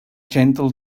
gentle